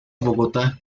bogotá